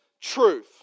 truth